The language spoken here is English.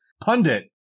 Pundit